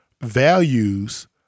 values